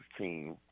team